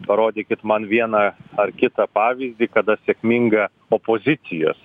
parodykit man vieną ar kitą pavyzdį kada sėkminga opozicijos